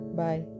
bye